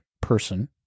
person